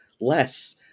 less